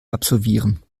absolvieren